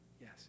Yes